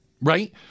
right